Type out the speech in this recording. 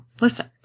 listen